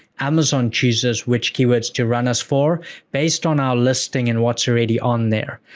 amazon chooses which keywords to run us for based on our listing and what's already on there.